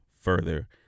further